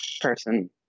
person